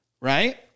right